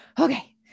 okay